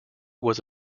was